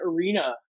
arena